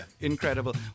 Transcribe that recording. Incredible